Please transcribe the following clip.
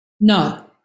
No